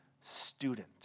student